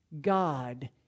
God